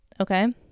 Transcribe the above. okay